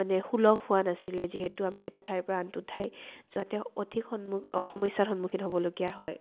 মানে সুলভ হোৱা নাছিলে যিহেতু আমি এটা ঠাইৰ পৰা আনটো ঠাই যোৱাতে অধিক সন্মু সমস্যাৰ সন্মুখীন হ'বলগীয়া হয়